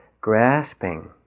grasping